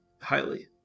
Highly